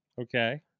Okay